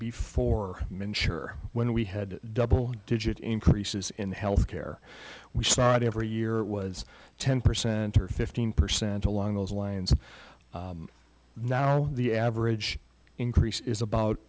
before and sure when we had double digit increases in health care we saw it every year it was ten percent or fifteen percent along those lines now the average increase is about